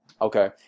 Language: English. okay